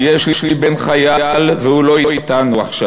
יש לי בן חייל והוא לא אתנו עכשיו,